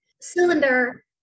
cylinder